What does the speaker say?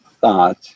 thought